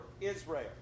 Israel